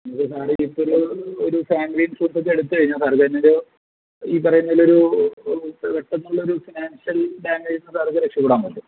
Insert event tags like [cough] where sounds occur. [unintelligible] ഒരു ഒരു family insurance ഒക്കെ എടുത്ത് കഴിഞ്ഞാൽ [unintelligible] ഒരു ഈ പറയുന്നതില് ഒരു പെട്ടെന്നുള്ള ഒരു ഫിനാൻഷ്യൽ ഡേമെയ്ജിൽ നിന്ന് സാറിന് രക്ഷപ്പെടാൻ പറ്റും